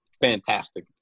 fantastic